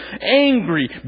angry